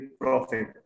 profit